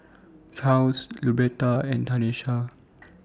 Charls Luberta and Tanesha